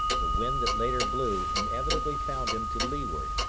the wind that later blew inevitably found him to leeward,